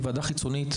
היא ועדה חיצונית.